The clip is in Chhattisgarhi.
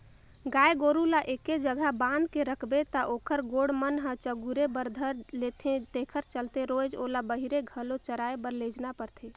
गाय गोरु ल एके जघा बांध के रखबे त ओखर गोड़ मन ह चगुरे बर धर लेथे तेखरे चलते रोयज ओला बहिरे में घलो चराए बर लेजना परथे